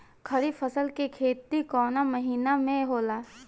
खरीफ फसल के खेती कवना महीना में होला?